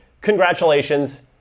congratulations